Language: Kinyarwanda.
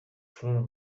flora